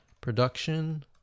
production